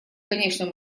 конечном